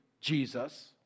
Jesus